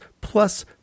plus